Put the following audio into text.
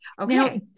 Okay